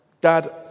Dad